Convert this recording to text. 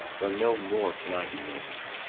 for no more can i demand.